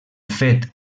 fet